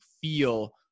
feel